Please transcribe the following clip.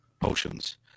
potions